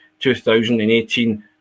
2018